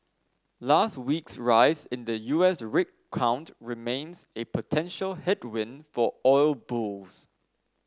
last week's rise in the U S rig count remains a potential headwind for oil bulls